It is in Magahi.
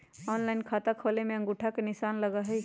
ऑनलाइन खाता खोले में अंगूठा के निशान लगहई?